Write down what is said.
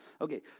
okay